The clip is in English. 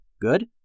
good